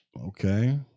Okay